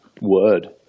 Word